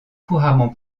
couramment